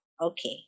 Okay